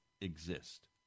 exist